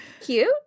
cute